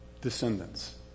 descendants